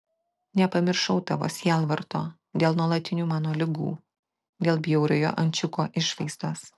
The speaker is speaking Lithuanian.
nepamiršau tavo sielvarto dėl nuolatinių mano ligų dėl bjauriojo ančiuko išvaizdos